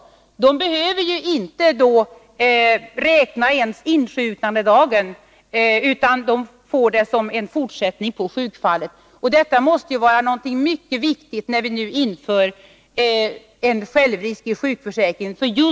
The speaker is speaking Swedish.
Med 20-dagarsregeln behöver de inte ens räkna insjuknandedagen, utan det betraktas som en fortsättning på det föregående sjukfallet. Detta måste vara mycket viktigt för just dessa utsatta grupper, när vi nu inför en självrisk i sjukförsäkringen.